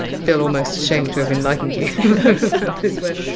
ah feel almost ashamed to have enlightened you of this word.